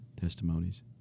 testimonies